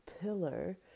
pillar